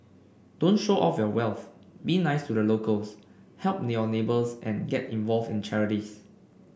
don't show off your wealth be nice to the locals help neighbours and get involved in charities